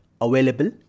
available